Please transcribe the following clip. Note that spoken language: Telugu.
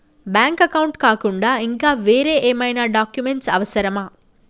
బ్యాంక్ అకౌంట్ కాకుండా ఇంకా వేరే ఏమైనా డాక్యుమెంట్స్ అవసరమా?